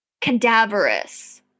cadaverous